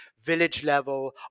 village-level